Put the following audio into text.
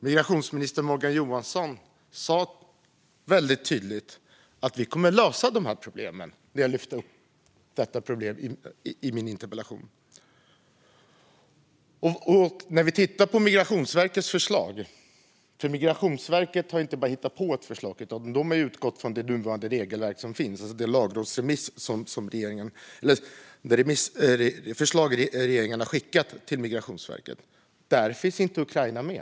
Migrationsminister Morgan Johansson sa väldigt tydligt att man kommer att lösa dessa problem när jag lyfte upp det här i min interpellation. Migrationsverket har ju inte bara hittat på ett förslag, utan de har utgått från det regelverk som finns, alltså det förslag regeringen har skickat till Migrationsverket. Där finns inte Ukraina med.